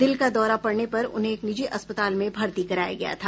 दिल का दौरा पड़ने पर उन्हें एक निजी अस्पताल में भर्ती कराया गया था